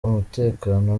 umutekano